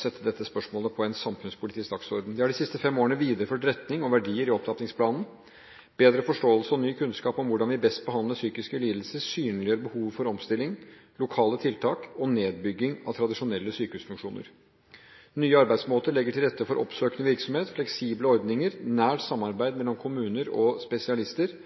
sette dette spørsmålet på en samfunnspolitisk dagsorden. Vi har de siste fem årene videreført retning og verdier i opptrappingsplanen. Bedre forståelse og ny kunnskap om hvordan vi best behandler psykiske lidelser synliggjør behovet for omstilling, lokale tiltak og nedbygging av tradisjonelle sykehusfunksjoner. Nye arbeidsmåter legger til rette for oppsøkende virksomhet, fleksible ordninger, nært samarbeid mellom kommuner og spesialister,